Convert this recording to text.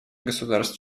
государств